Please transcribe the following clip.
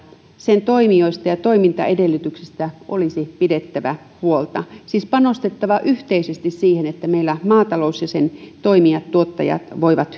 sen toimijoista ja toimintaedellytyksistä olisi pidettävä huolta siis panostettava yhteisesti siihen että meillä maatalous ja sen toimijat tuottajat voivat